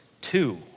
two